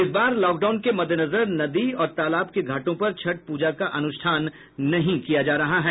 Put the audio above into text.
इस बार लॉकडाउन के मद्देनजर नदी और तालाब के घाटों पर छठ पूजा का अनुष्ठान नहीं हो रहा है